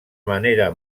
manera